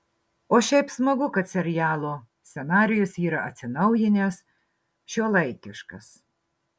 o šiaip smagu kad serialo scenarijus yra atsinaujinęs šiuolaikiškas